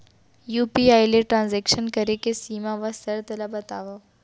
UPI ले transaction करे के सीमा व शर्त ला बतावव?